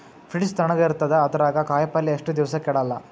Fridge ತಣಗ ಇರತದ, ಅದರಾಗ ಕಾಯಿಪಲ್ಯ ಎಷ್ಟ ದಿವ್ಸ ಕೆಡಲ್ಲ?